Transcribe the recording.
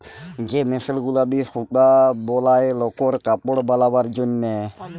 যে মেশিল গুলা দিয়ে সুতা বলায় লকর কাপড় বালাবার জনহে